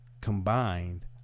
combined